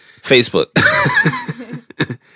Facebook